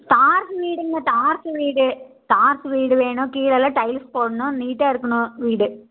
தார்சு வீடுங்க தார்சு வீடு தார்சு வீடு வேணும் கீழேல்லாம் டைல்ஸ் போடணும் நீட்டாயிருக்கணும் வீடு